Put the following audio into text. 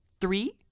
three